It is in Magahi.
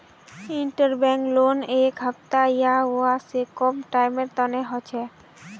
इंटरबैंक लोन एक हफ्ता या वहा स कम टाइमेर तने हछेक